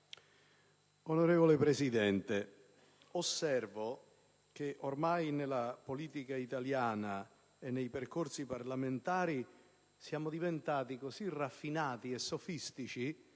Signor Presidente, osservo che nella politica italiana e nei percorsi parlamentari siamo diventati così raffinati e sofistici